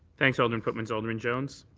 thanks, alderman pootmans. alderman jones.